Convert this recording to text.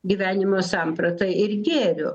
gyvenimo samprata ir gėriu